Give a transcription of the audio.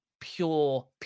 pure